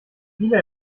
viele